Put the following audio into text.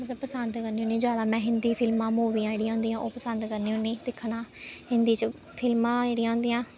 मतलब पसंद करनी होन्नीं जैदा में हिंदी फिल्मां मूवियां जेह्ड़ियां होंदियां ओह् पसंद करनी होन्नीं दिक्खना हिंदी च फिल्मां जेह्ड़ियां होंदियां